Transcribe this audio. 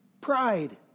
Pride